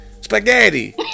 spaghetti